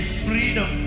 freedom